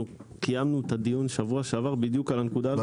אנחנו קיימנו את הדיון בשבוע שעבר בדיוק על הנקודה הזאת.